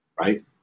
right